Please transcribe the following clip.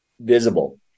visible